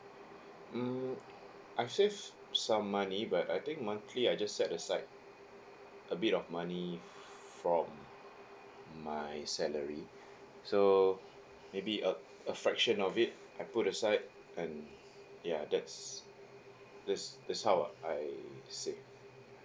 mm I've saved some money but I think monthly I just set aside a bit of money from my salary so maybe a a fraction of it I put aside and ya that's that's that's how uh I save